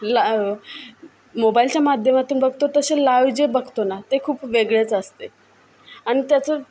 ला मोबाईलच्या माध्यमातून बघतो तसे लाईव जे बघतो ना ते खूप वेगळेच असते आणि त्याचं